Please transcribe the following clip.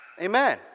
Amen